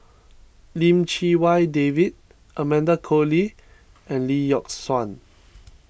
Lim Chee Wai David Amanda Koe Lee and Lee Yock Suan